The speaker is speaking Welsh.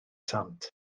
sant